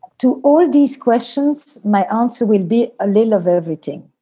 to all these questions? my answer will be a little of everything.